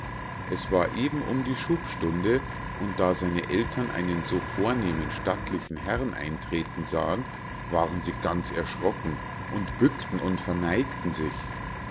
es war eben um die schubstunde und da seine ältern einen so vornehmen stattlichen herrn eintreten sahen waren sie ganz erschrocken und bückten und verneigten sich